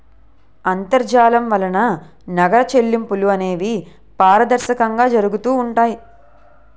అంతర్జాలం వలన నగర చెల్లింపులు అనేవి పారదర్శకంగా జరుగుతూ ఉంటాయి